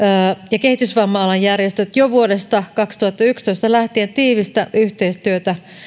ja kehitysvamma alan järjestöt jo vuodesta kaksituhattayksitoista lähtien tiivistä yhteistyötä